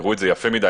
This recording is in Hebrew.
יראו את זה יפה מדי,